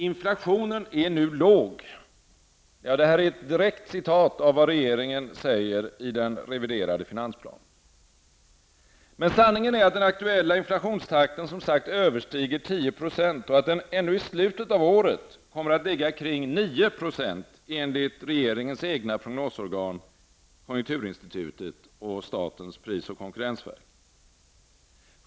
''Inflationen är nu låg'', säger regeringen i den reviderade finansplanen. Men sanningen är att den aktuella inflationstakten, som sagt, överstiger 10 % och att den ännu i slutet av året kommer att ligga kring 9 % enligt regeringens egna prognosorgan konjunkturinstitutet och statens pris och konkurrensverk.